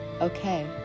okay